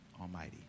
Almighty